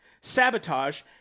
sabotage